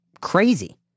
crazy